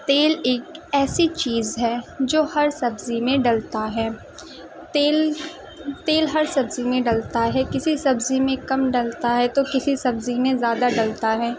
تیل ایک ایسی چیز ہے جو ہر سبزی میں ڈلتا ہے تیل تیل ہر سبزی میں ڈلتا ہے کسی سبزی میں کم ڈلتا ہے تو کسی سبزی میں زیادہ ڈلتا ہے